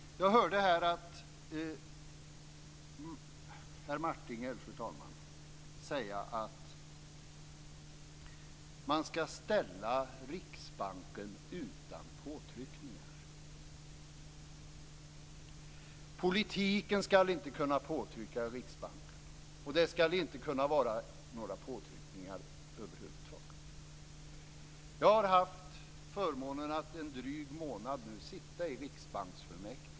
Jag hörde herr Martinger säga att man inte skall ställa Riksbanken utan påtryckningar. Politiken skall inte kunna utsätta Riksbanken för påtryckningar. Det skall överhuvud taget inte vara möjligt med några påtryckningar. Jag har haft förmånen att i en dryg månad sitta i riksbanksfullmäktige.